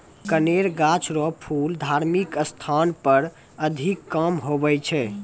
कनेर गाछ रो फूल धार्मिक स्थान पर अधिक काम हुवै छै